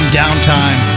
downtime